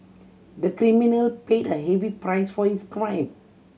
the criminal paid a heavy price for his crime